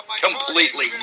completely